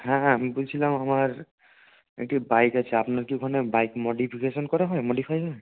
হ্যাঁ হ্যাঁ আমি বলছিলাম আমার একটি বাইক আছে আপনার কি ওখানে বাইক মডিফিকেশন করা হয় মডিফাই হয়